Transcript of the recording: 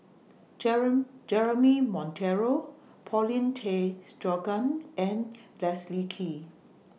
Jeremy Monteiro Paulin Tay Straughan and Leslie Kee